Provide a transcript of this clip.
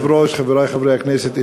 כבוד היושב-ראש, חברי חברי הכנסת,